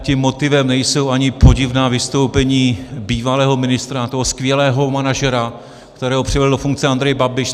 Tím motivem nejsou ani podivná vystoupení bývalého ministra, toho skvělého manažera, kterého přivedl do funkce Andrej Babiš.